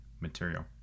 material